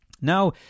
Now